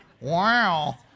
Wow